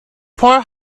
four